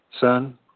Son